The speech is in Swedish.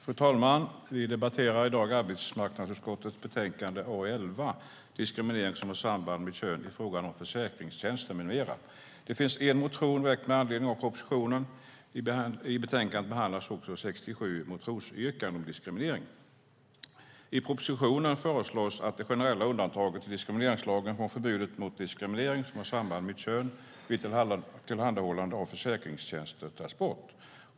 Fru talman! Vi debatterar i dag arbetsmarknadsutskottets betänkande AU11, Diskriminering som har samband med kön i fråga om försäkringstjänster m.m. Det finns en motion väckt med anledning av propositionen. I betänkandet behandlas också 67 motionsyrkanden om diskriminering. I propositionen föreslås att det generella undantaget i diskrimineringslagen från förbudet mot diskriminering som har samband med kön vid tillhandahållande av försäkringstjänster tas bort.